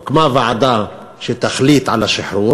הוקמה ועדה שתחליט על השחרור